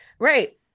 Right